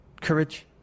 courage